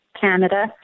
Canada